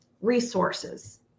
resources